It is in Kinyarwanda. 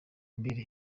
mbeho